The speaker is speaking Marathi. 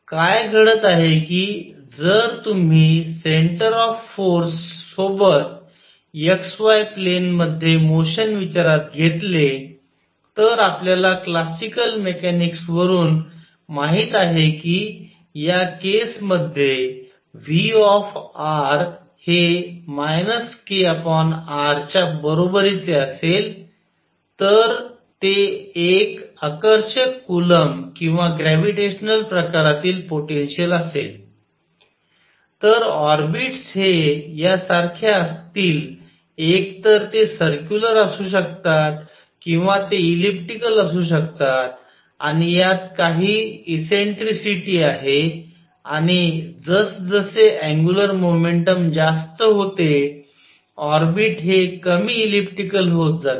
काय घडत आहे की जर तुम्ही सेन्टर ऑफ फोर्स सोबत xy प्लेन मध्ये मोशन विचारात घेतले तर आपल्याला क्लासिकल मेकॅनिक्स वरून माहित आहे की या केस मध्येV हे kr च्या बरोबरीचे असेल तर ते एक आकर्षक कूलम्ब किंवा ग्रॅव्हिटेशनल प्रकारातील पोटेन्शिअल असेल तर ऑर्बिटस हे या सारखे असतील एकतर ते सर्क्युलर असू शकतात किंवा ते इलिप्टिकल असू शकतात आणि यात काही इसेंट्रिसिटी आहे आणि जसजसे अँग्युलर मोमेंटम ज्यास्त होते ऑर्बिट हे कमी इलिप्टिकल होत जाते